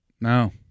No